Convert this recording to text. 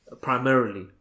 primarily